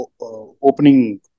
opening